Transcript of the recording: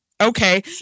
okay